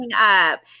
up